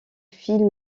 film